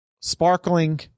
sparkling